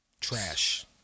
trash